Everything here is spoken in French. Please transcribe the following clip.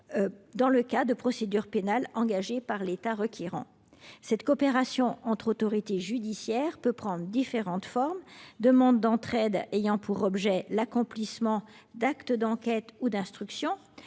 dans le cadre de procédures pénales engagées par l’État requérant. Cette coopération peut prendre diverses formes : demande d’entraide ayant pour objet l’accomplissement d’actes d’enquête ou d’instruction,